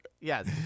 Yes